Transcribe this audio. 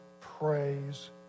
praise